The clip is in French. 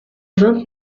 vingt